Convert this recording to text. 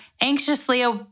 anxiously